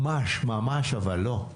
ממש לא.